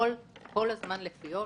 לפעול כל הזמן על פיו,